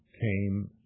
came